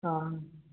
हाँ